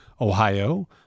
Ohio